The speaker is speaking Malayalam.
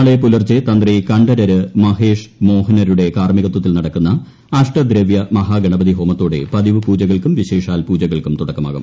നാളെ പുലർച്ചെ തന്ത്രി കണ്ഠരര് മഹേഷ് മോഹനരുടെ കാർമ്മികത്വത്തിൽ അഷ്ടദ്രവൃമഹാഗണപതി ഹോമത്തോടെ പതിവു നടക്കുന്ന പൂജകൾക്കും വിശേഷാൽ പൂജകൾക്കും തുടക്കമാകും